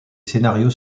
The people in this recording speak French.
scénarios